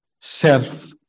self